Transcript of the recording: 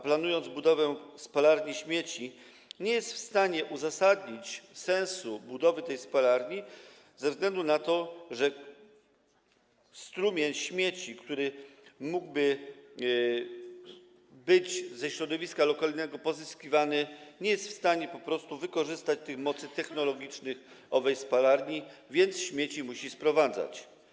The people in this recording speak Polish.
Planując budowę spalarni śmieci, nie jest w stanie uzasadnić sensu jej budowy ze względu na to, że strumień śmieci, który mógłby być ze środowiska lokalnego pozyskiwany, nie jest w stanie po prostu wykorzystać mocy technologicznych owej spalarni, więc śmieci musi sprowadzać.